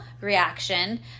reaction